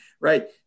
right